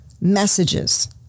messages